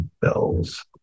bells